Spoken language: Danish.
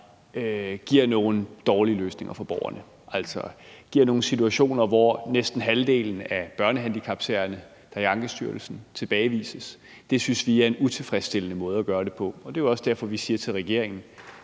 giver nogle dårlige løsninger for borgerne og skaber en situation, hvor næsten halvdelen af de børnehandicapsager, der behandles i Ankestyrelsen, omgøres. Det synes vi er en utilfredsstillende måde at gøre det på, og det er også derfor, vi siger til regeringen